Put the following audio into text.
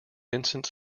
vincent